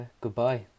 Goodbye